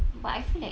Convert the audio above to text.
but I feel like